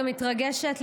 גם מתרגשת,